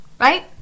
right